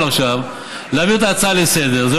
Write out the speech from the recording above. עכשיו תגידו: הצעה לסדר-היום?